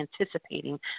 anticipating